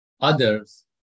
others